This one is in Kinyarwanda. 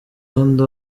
bundi